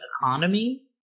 economy